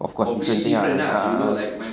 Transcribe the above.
of course different thing ah a'ah ah